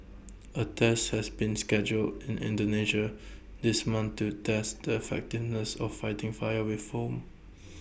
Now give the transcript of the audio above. A test has been scheduled in Indonesia this month to test the fighting this of fighting fire with foam